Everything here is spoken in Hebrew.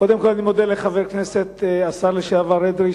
קודם כול אני מודה לחבר הכנסת השר לשעבר אדרי,